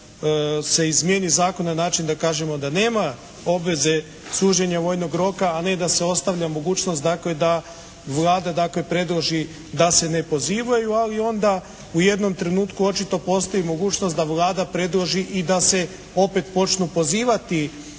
da se izmijeni zakon na način da kažemo da nema obveze služenja vojnog roka, a ne da se ostavlja mogućnost da Vlada dakle predloži da se ne pozivaju. Ali onda u jednom trenutku očito postoji mogućnost da Vlada predloži i da se opet počnu pozivati